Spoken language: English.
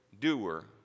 doer